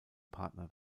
partner